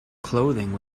clothing